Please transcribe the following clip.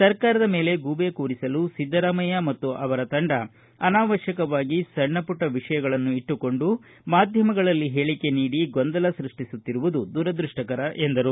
ಸರ್ಕಾರದ ಮೇಲೆ ಗೂಬೆ ಕೂರಿಸಲು ಸಿದ್ದರಾಮಯ್ಯ ಮತ್ತು ಅವರ ತಂಡ ಅನಾವಶ್ಯಕವಾಗಿ ಸಣ್ಣ ಪುಟ್ಟ ವಿಷಯಗಳನ್ನು ಇಟ್ಟುಕೊಂಡು ಮಾಧ್ಯಮಗಳಲ್ಲಿ ಹೇಳಿಕೆ ನೀಡಿ ಗೊಂದಲ ಸೃಷ್ಟಿಸುತ್ತಿರುವುದು ದುರದೃಷ್ಟಕರ ಎಂದರು